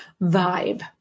vibe